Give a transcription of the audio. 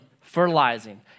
fertilizing